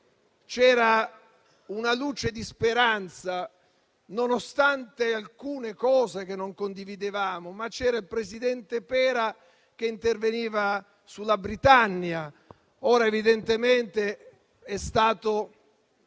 c'era una luce di speranza nonostante alcune cose che non condividevamo. C'era ad esempio il presidente Pera che interveniva sulla Britannia, ora evidentemente è stato